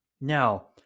now